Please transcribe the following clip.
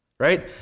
Right